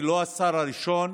אני לא השר הנוסף הראשון